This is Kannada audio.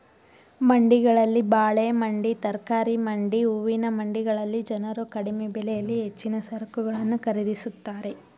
ಮಂಡಿಗಳಲ್ಲಿ ಬಾಳೆ ಮಂಡಿ, ತರಕಾರಿ ಮಂಡಿ, ಹೂವಿನ ಮಂಡಿಗಳಲ್ಲಿ ಜನರು ಕಡಿಮೆ ಬೆಲೆಯಲ್ಲಿ ಹೆಚ್ಚಿನ ಸರಕುಗಳನ್ನು ಖರೀದಿಸುತ್ತಾರೆ